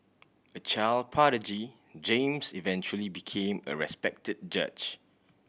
a child prodigy James eventually became a respected judge